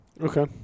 Okay